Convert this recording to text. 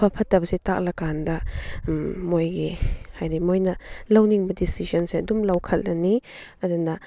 ꯑꯐ ꯐꯠꯇꯧꯁꯦ ꯇꯥꯛꯂꯀꯥꯟꯗ ꯃꯣꯏꯒꯤ ꯍꯥꯏꯗꯤ ꯃꯣꯏꯅ ꯂꯧꯅꯤꯡꯕ ꯗꯤꯁꯤꯖꯟꯁꯦ ꯑꯗꯨꯝ ꯂꯧꯈꯠꯂꯅꯤ ꯑꯗꯨꯅ